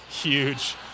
huge